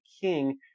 king